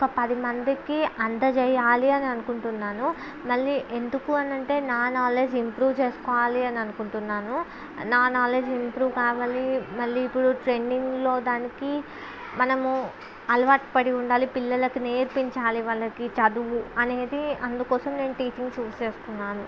ఒక పది మందికి అందజేయాలి అని అనుకుంటున్నాను మళ్ళీ ఎందుకు అని అంటే నా నాలెడ్జ్ ఇంప్రూవ్ చేసుకోవాలి అనుకుంటున్నాను నా నాలెడ్జ్ ఇంప్రూవ్ కావాలి మళ్ళి ఇప్పుడు ట్రెండింగ్లో దానికి మనము అలవాటు పడి ఉండాలి పిల్లలకు నేర్పించాలి వాళ్ళకి చదువు అనేది అందుకోసం నేను టీచింగ్ చూస్ చేసుకున్నాను